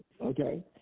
okay